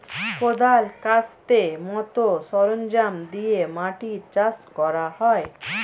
কোদাল, কাস্তের মত সরঞ্জাম দিয়ে মাটি চাষ করা হয়